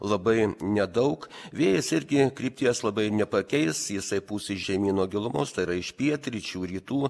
labai nedaug vėjas irgi krypties labai nepakeis jisai pūs iš žemyno gilumos tai yra iš pietryčių rytų